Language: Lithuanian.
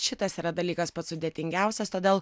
šitas yra dalykas pats sudėtingiausias todėl